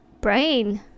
brain